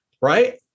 Right